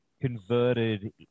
converted